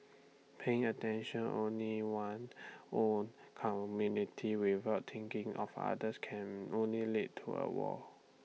paying attention only one own community without thinking of others can only lead into A wall